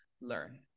learn